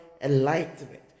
enlightenment